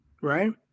right